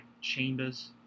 Chambers